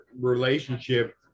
relationship